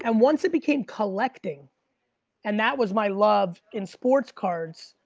and once it became collecting and that was my love in sports cards,